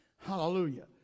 Hallelujah